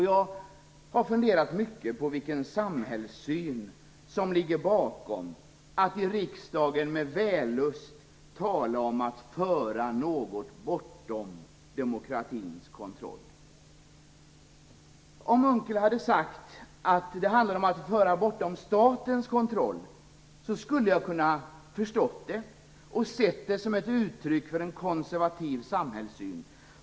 Jag har funderat mycket på vilken samhällssyn som ligger bakom att i riksdagen tala med vällust tala om att föra något bortom demokratins kontroll. Om Per Unckel hade sagt att stiftelserna skulle föras bort från statens kontroll skulle jag ha kunnat förstå det och se det som uttryck för en konservativ samhällssyn.